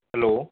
hello